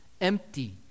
empty